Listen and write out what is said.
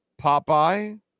Popeye